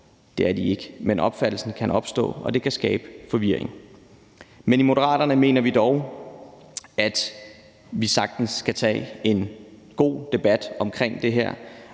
Det er de ikke, men opfattelsen kan opstå, og det kan skabe forvirring. I Moderaterne mener vi dog, at vi sagtens kan tage en god debat om det her,